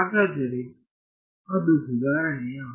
ಹಾಗಾದರೆ ಅದು ಸುಧಾರಣೆಯಾ